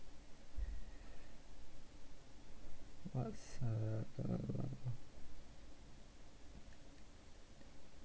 whats a